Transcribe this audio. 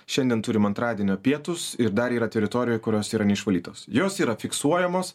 šiandien turim antradienio pietus ir dar yra teritorijų kurios yra neišvalytos jos yra fiksuojamos